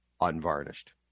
unvarnished